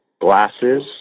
glasses